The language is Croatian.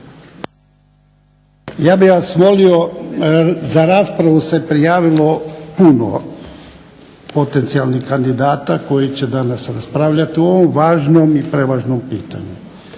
Ja bih vas molio, za raspravu se prijavilo puno potencijalnih kandidata koji će danas raspravljat o ovom važnom i prevažnom pitanju